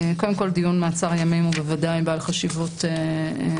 קודם כל דיון מעצר ימים הוא בוודאי בעל חשיבות מירבית.